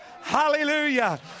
Hallelujah